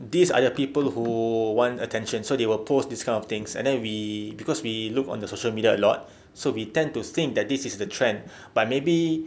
these are the people who want attention so they will post this kind of things and then we cause we live on the social media a lot so we tend to think that this is the trend but maybe